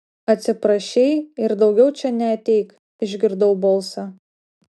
atsiprašei ir daugiau čia neateik išgirdau balsą